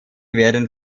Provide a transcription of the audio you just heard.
werden